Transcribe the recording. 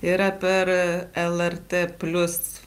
yra per lrt plius